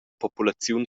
populaziun